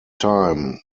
time